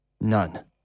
None